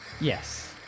Yes